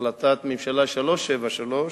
בהחלטת ממשלה 373,